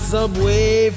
Subway